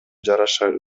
жараша